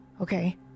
Okay